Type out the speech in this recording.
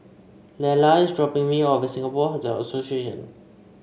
Lela is dropping me off at Singapore Hotel Association